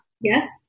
Yes